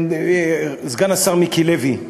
סגן השר מיקי לוי,